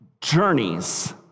journeys